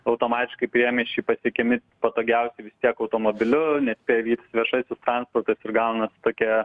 automatiškai priemiesčiai pateikiami patogiausiai tiek automobiliu nespėja vytis viešasis transportas ir gaunasi tokia